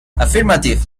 affirmative